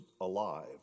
alive